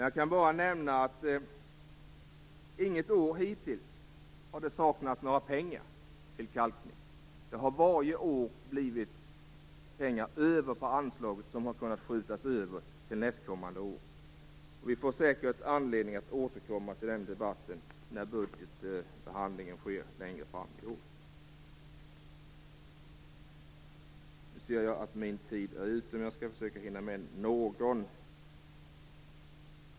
Jag kan bara nämna att det inget år hittills har saknats några pengar till kalkning. Det har varje år blivit pengar över på anslaget som har kunnat skjutas över till nästkommande år. Vi får säkert anledning att återkomma till den debatten när budgetbehandlingen sker längre fram i år. Nu ser jag att min taletid snart är ute, men jag skall försöka hinna med någon ytterligare fråga.